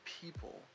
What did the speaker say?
people